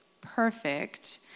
perfect